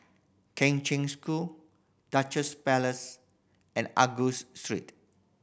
Kheng Cheng School Duchess Palace and Angus Street